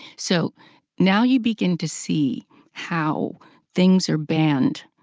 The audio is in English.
so now you begin to see how things are banned,